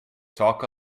talk